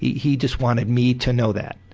he just wanted me to know that,